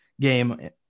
game